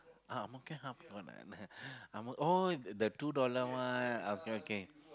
uh Ang-Mo-Kio half gonna eh Ang-Mo oh the two dollar one okay okay